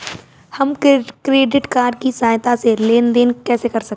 हम credit card की सहायता से लेन देन कैसे कर सकते हैं?